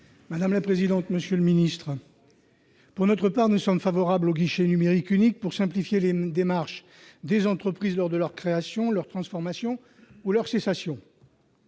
l'amendement n° 97 rectifié. Pour notre part, nous sommes favorables au guichet numérique unique pour simplifier les démarches des entreprises lors de leur création, leur transformation ou leur cessation.